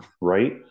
Right